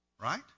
Right